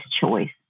choice